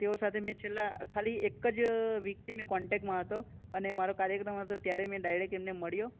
તેઓ સાથે મેં છેલ્લા ખાલી એક જ વ્યક્તિને કોન્ટેક્ટમાં હતો અને મારો કાર્યક્રમ હતો ત્યારે મેં ડાઇરેક્ટ એમને મળ્યો